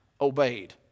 obeyed